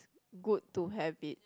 good to have it